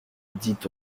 dit